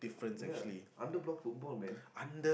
ya under block football man